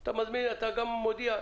אתה גם מודיע.